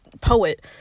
poet